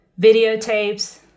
videotapes